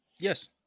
Yes